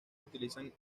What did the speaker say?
utilizan